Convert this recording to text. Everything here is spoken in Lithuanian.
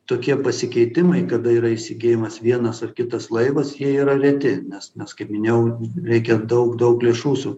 tokie pasikeitimai kada yra įsigyjamas vienas ar kitas laivas jie yra reti nes nes kaip minėjau reikia daug daug lėšų su